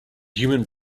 human